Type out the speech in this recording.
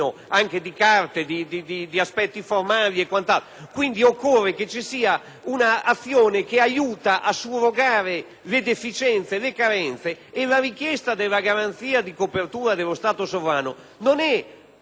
un'azione che aiuti a surrogare le deficienze e le carenze; la richiesta della garanzia di copertura dello Stato sovrano non è una apertura di credito indefinita ma semplicemente una condizione per creare